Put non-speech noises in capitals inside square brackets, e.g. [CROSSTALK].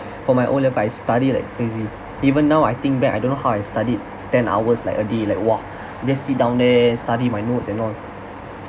for my o-level I studied like crazy even now I think back I don't know how I studied ten hours like a day like !wah! [BREATH] just sit down there study my notes and all